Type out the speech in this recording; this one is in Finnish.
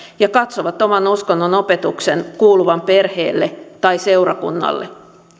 ja katsovat oman uskonnon opetuksen kuuluvan perheelle tai seurakunnalle